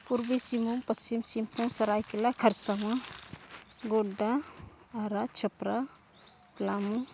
ᱯᱩᱨᱵᱤ ᱥᱤᱝᱵᱷᱩᱢ ᱯᱚᱥᱪᱤᱢ ᱥᱤᱝᱵᱷᱩᱢ ᱥᱚᱨᱟᱭᱠᱮᱞᱞᱟ ᱠᱷᱟᱨᱥᱚᱣᱟ ᱜᱳᱰᱰᱟ ᱟᱨᱟᱜᱪᱚᱯᱨᱟ ᱯᱞᱟᱢᱳ